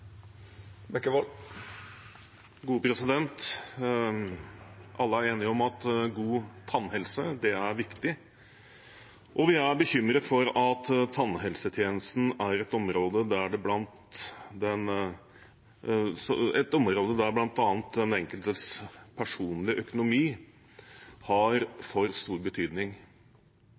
Alle er enige om at god tannhelse er viktig, og vi er bekymret for at tannhelsetjenesten er et område der bl.a. den enkeltes personlige økonomi har for stor betydning.